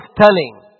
telling